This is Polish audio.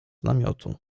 namiotu